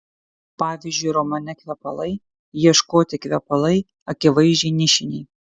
pavyzdžiui romane kvepalai ieškoti kvepalai akivaizdžiai nišiniai